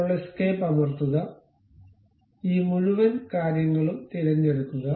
ഇപ്പോൾ എസ്കേപ്പ് അമർത്തുക ഈ മുഴുവൻ കാര്യങ്ങളും തിരഞ്ഞെടുക്കുക